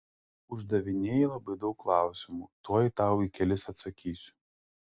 uždavinėji labai daug klausimų tuoj tau į kelis atsakysiu